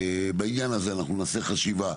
שבעניין הזה אנחנו נעשה חשיבה,